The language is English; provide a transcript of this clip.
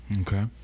okay